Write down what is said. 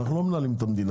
אנחנו לא מנהלים את המדינה,